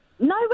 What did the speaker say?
No